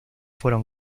fueron